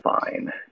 fine